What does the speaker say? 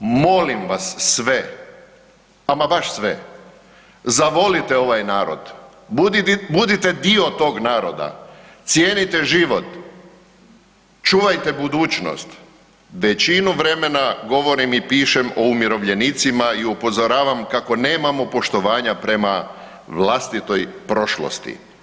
Molim vas sve, ama baš sve, zavolite ovaj narod, budite dio tog naroda, cijenite život, čuvajte budućnost, većinu vremena govorim i pišem o umirovljenicima i upozoravam kako nemamo poštovanja prema vlastitoj prošlosti.